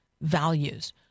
values